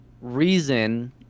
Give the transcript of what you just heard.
reason